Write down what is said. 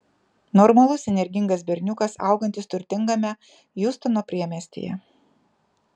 normalus energingas berniukas augantis turtingame hjustono priemiestyje